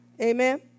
Amen